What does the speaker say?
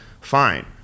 fine